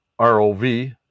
ROV